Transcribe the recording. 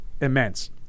immense